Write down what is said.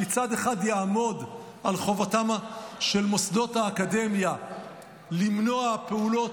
שמצד אחד יעמוד על חובתם של מוסדות האקדמיה למנוע פעולות